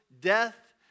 death